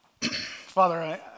Father